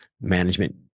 management